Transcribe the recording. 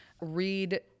read